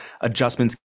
adjustments